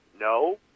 No